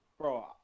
Bro